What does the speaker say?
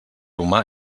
humà